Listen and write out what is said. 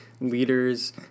leaders